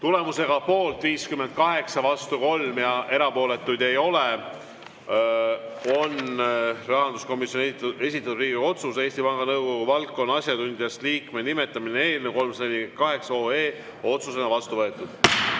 Tulemusega poolt 58, vastu 3 ja erapooletuid ei ole, on rahanduskomisjoni esitatud Riigikogu otsuse "Eesti Panga Nõukogu valdkonna asjatundjast liikme nimetamine" eelnõu 348 otsusena vastu võetud.